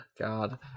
God